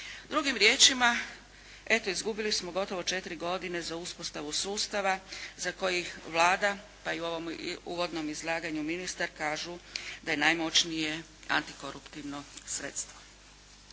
Drugim riječima eto izgubili smo gotovo 4 godine za uspostavu sustava za koji i Vlada, pa i u ovom uvodnom izlaganju ministar kažu da je najmoćnije antikoruptivno sredstvo.